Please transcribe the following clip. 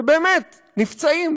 שבאמת נפצעים